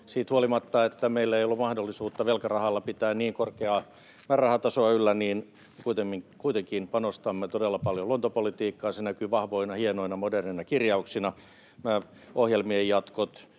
Siitä huolimatta, että meillä ei ollut mahdollisuutta velkarahalla pitää niin korkeaa määrärahatasoa yllä, kuitenkin panostamme todella paljon luontopolitiikkaan. Se näkyy vahvoina, hienoina, moderneina kirjauksina: ohjelmien jatkot,